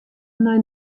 nei